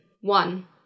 one